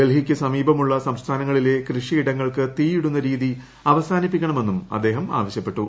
ഡൽഹിക്ക് സമീപമുള്ള സംസ്ഥാനങ്ങളിലെ കൃഷി ഇടങ്ങൾക്ക് തീയിടുന്ന രീതി അവസാനിപ്പിക്കണമെന്നും അദ്ദേഹം ആവശ്യപ്പെട്ടു